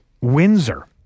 Windsor